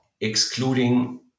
excluding